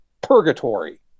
purgatory